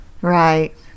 Right